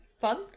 fun